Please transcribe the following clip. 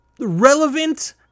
relevant